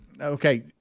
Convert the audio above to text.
Okay